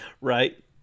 right